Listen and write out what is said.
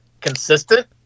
consistent